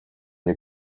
ihr